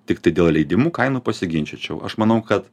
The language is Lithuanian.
tiktai dėl leidimų kainų pasiginčyčiau aš manau kad